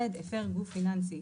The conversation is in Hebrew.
הפר גוף פיננסי,